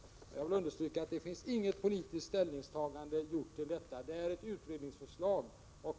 Jag vill understryka att det inte har gjorts något politiskt ställningstagande till detta förslag utan att det handlar om ett utredningsförslag.